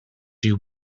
you